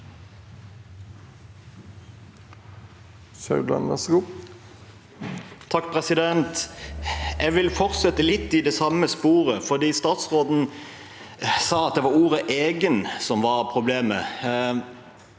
(FrP) Jeg vil fortsette litt i det samme sporet, for statsråden sa at det var ordet «egen» som var problemet.